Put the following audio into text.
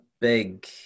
big